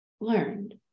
learned